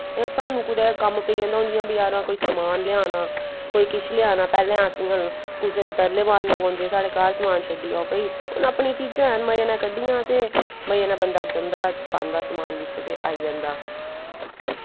सानूं कुदै कम्म पेई जंदा हून जि'यां बजारा कोई समान लेआना कोई किश लेआना पैह्लें अस इ'यां कुसै दे तरले मारने पौंदे साढ़े घर छड़ी आओ भाई हून अपनी चीजां हैन मजे नै कड्डियां ते मज़ नै बंदा जंदा पांदा समान बिच्च ते आई जंदा